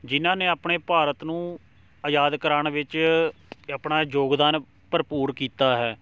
ਜਿਨ੍ਹਾਂ ਨੇ ਆਪਣੇ ਭਾਰਤ ਨੂੰ ਆਜ਼ਾਦ ਕਰਾਉਣ ਵਿੱਚ ਆਪਣਾ ਯੋਗਦਾਨ ਭਰਪੂਰ ਕੀਤਾ ਹੈ